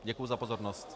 Děkuji za pozornost.